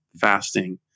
fasting